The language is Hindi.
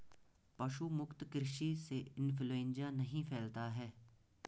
पशु मुक्त कृषि से इंफ्लूएंजा नहीं फैलता है